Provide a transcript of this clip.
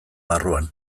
barruan